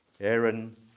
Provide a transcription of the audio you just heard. Aaron